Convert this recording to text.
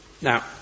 Now